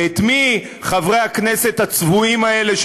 ואת מי חברי הכנסת הצבועים האלה,